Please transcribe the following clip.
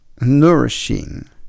nourishing